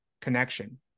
connection